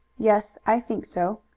yes, i think so.